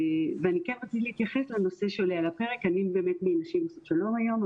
אני מ"נשים עושות שלום" היום,